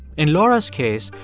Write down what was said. in laura's case,